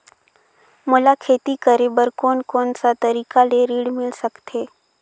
मोला खेती करे बर कोन कोन सा तरीका ले ऋण मिल सकथे?